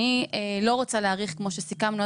אני לא רוצה להאריך כמו שסיכמנו,